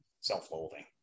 self-loathing